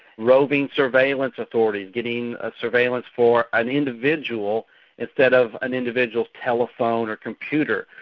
roving surveillance authorities giving a surveillance for an individual instead of an individual's telephone or computer,